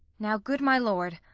now, good my lord,